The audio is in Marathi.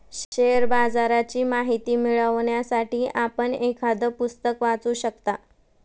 शेअर बाजाराची माहिती मिळवण्यासाठी आपण एखादं पुस्तक वाचू शकता